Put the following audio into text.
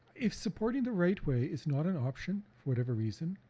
if supporting the right way is not an option, for whatever reason,